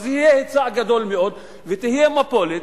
יהיה היצע גדול מאוד ותהיה מפולת,